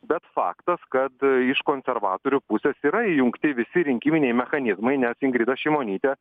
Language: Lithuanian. bet faktas kad iš konservatorių pusės yra įjungti visi rinkiminiai mechanizmai nes ingrida šimonytė